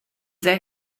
sehr